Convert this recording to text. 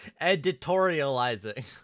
editorializing